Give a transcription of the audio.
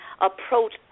approach